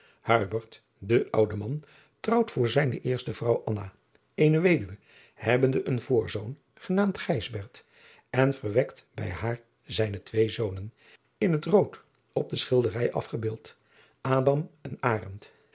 de oude man trouwt voor zijne eerste vrouw eene weduwe hebbende een voorzoon genaamd en verwekt bij haar zijne twee zonen in het rood op de schilderij afgebeeld eze